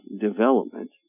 development